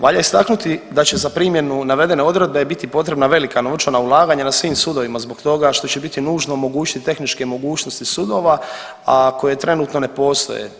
Valja istaknuti da će za primjenu navedene odredbe biti potrebna velika novčana ulaganja na svim sudovima zbog toga što će biti nužno omogućiti tehničke mogućnosti sudova a koje trenutno ne postoje.